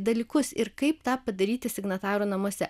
dalykus ir kaip tą padaryti signatarų namuose